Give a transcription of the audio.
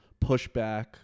pushback